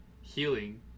healing